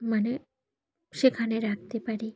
মানে সেখানে রাখতে পারি